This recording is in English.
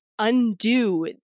undo